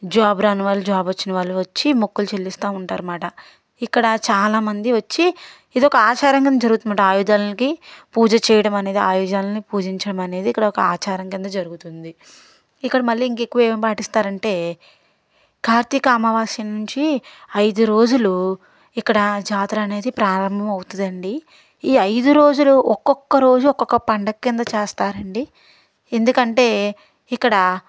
job రాని వాళ్ళు job వచ్చినవాళ్ళు వచ్చి మొక్కులు చెల్లిస్తా ఉంటారు అనమాట ఇక్కడ చాలామంది వచ్చి ఇదొక ఆచారం కింద జరుగుతుందనమాట ఆయుధాలకి పూజ చేయడం అనేది ఆయుధాలని పూజించడం అనేది ఇక్కడ ఆచారం కింద జరుగుతుంది ఇక్కడ మళ్ళీ ఎక్కువ ఏం పాటిస్తారు అంటే కార్తీక అమావాస్య నుంచి ఐదు రోజులు ఇక్కడ జాతర అనేది ప్రారంభం అవుతుంది అండి ఈ ఐదు రోజులు ఒక్కొక్క రోజు ఒక్కొక్క పండగ కింద చేస్తారండి ఎందుకంటే ఇక్కడ